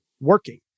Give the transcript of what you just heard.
working